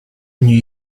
new